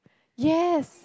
yes